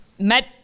Met